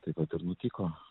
tai vat ir nutiko